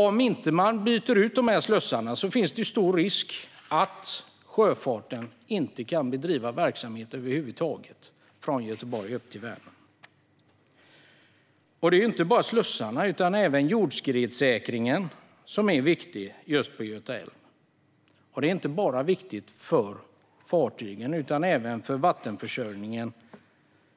Om man inte byter ut de här slussarna finns det stor risk att sjöfarten inte kan bedriva verksamhet över huvud taget från Göteborg upp till Vänern. Det är inte bara slussarna utan även jordskredssäkringen som är viktig på Göta älv. Den är viktig inte bara för fartygen utan även för vattenförsörjningen